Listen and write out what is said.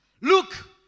Look